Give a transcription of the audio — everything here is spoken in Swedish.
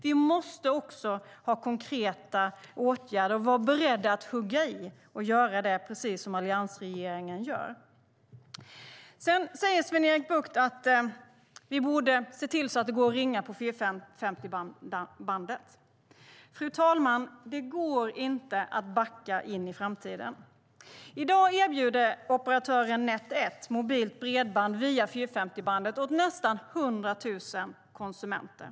Vi måste också ha konkreta åtgärder och vara beredda att hugga i, precis som alliansregeringen gör. Sedan säger Sven-Erik Bucht att vi borde se till att det går att ringa på 450-bandet. Fru talman! Det går inte att backa in i framtiden. I dag erbjuder operatören Net1 mobilt bredband via 450-bandet åt nästan 100 000 konsumenter.